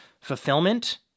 fulfillment